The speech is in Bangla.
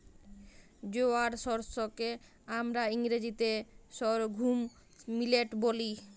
জয়ার শস্যকে হামরা ইংরাজিতে সর্ঘুম মিলেট ব্যলি